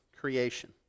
creation